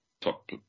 top